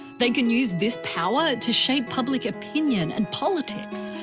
they can use this power to shape public opinion and politics.